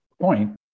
point